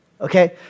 okay